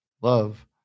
love